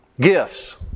Gifts